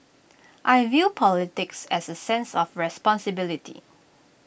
I view politics as A sense of responsibility